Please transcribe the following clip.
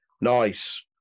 Nice